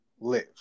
live